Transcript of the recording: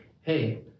hey